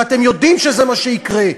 ואתם יודעים שזה מה שיקרה.